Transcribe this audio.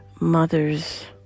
mothers